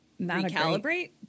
recalibrate